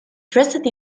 dressed